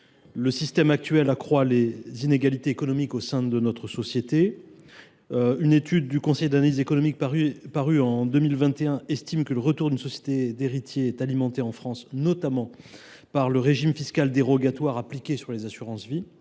Le système actuel accroît les inégalités économiques au sein de notre société. Une étude du Conseil d’analyse économique (CAE) parue en 2021 souligne que le retour d’une société d’héritiers est alimenté en France, notamment, par le régime fiscal dérogatoire appliqué sur les assurances vie.